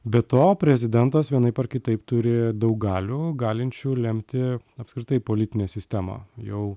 be to prezidentas vienaip ar kitaip turi daug galių galinčių lemti apskritai politinę sistemą jau